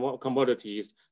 commodities